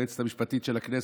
היועצת המשפטית של הכנסת,